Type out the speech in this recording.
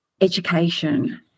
education